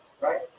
right